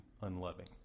unloving